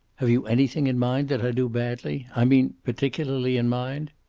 have you anything in mind that i do badly? i mean, particularly in mind.